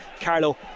Carlo